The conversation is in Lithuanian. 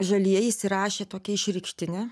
žalieji įsirašė tokią išreikštinę